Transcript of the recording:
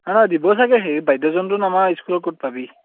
দিব চাগে সেই বাদ্যযন্ত্ৰ আমাৰ স্কুলত ক'ত পাবি